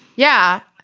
yeah.